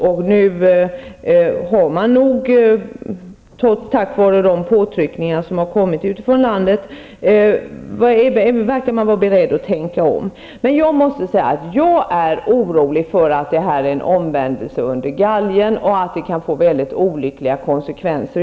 Nu verkar man dock tack vare de påtryckningar som kommit utifrån landet beredd att tänka om. Jag är dock orolig för att det här är en omvändelse under galjen, något som kan få mycket olyckliga konsekvenser.